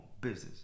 business